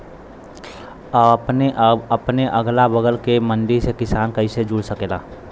अपने अगला बगल के मंडी से किसान कइसे जुड़ सकेला?